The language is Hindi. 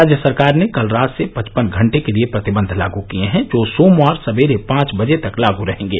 राज्य सरकार ने कल रात से पचपन घंटे के लिए प्रतिबंध लाग किए हैं जो सोमवार सवेरे पांच बजे तक लाग रहेंगे